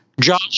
Josh